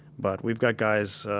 but, we've got guys, ah,